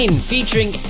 featuring